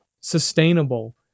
sustainable